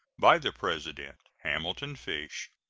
by the president hamilton fish,